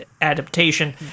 adaptation